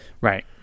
Right